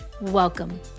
welcome